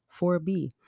4b